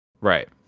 Right